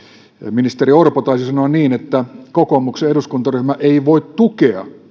ministeri orpo taisi sanoa niin että kokoomuksen eduskuntaryhmä ei voi tukea